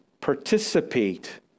participate